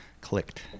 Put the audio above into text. clicked